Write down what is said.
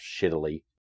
shittily